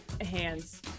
hands